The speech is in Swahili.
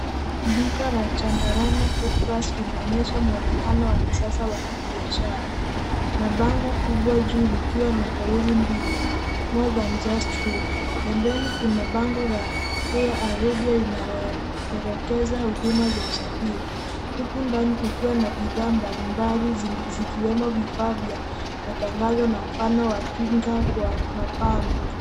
Duka la Chandarana Foodplus linaonyesha muonekano wa kisasa wa kibiashara, na bango kubwa juu likiwa na kauli mbiu more than just food . Pembeni kuna bango la Air Arabia linaloelekeza huduma za usafiri, huku ndani kukiwa na bidhaa mbalimbali zikiwemo vifaa vya matangazo na mfano wa twiga kwa mapambo.